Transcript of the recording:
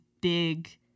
big